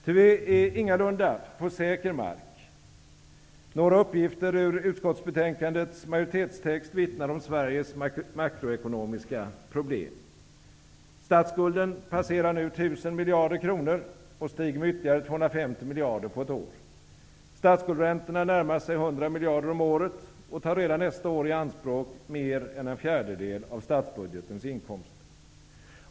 Ty vi är ingalunda på säker mark. Några uppgifter ur utskottsbetänkandets majoritetstext vittnar om Sveriges makroekonomiska problem. Statsskulden passerar nu 1 000 miljarder kronor och stiger med ytterligare 250 miljarder på ett år. Statsskuldräntorna närmar sig 100 miljarder om året och tar redan nästa år i anspråk mer än en fjärdedel av statsbudgetens inkomster.